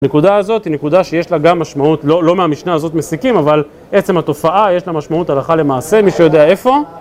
נקודה הזאת היא נקודה שיש לה גם משמעות, לא מהמשנה הזאת מסיקים, אבל עצם התופעה יש לה משמעות הלכה למעשה מי שיודע איפה